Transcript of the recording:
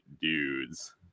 dudes